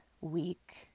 week